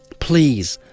please,